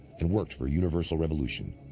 and worked for universal revolution.